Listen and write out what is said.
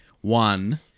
One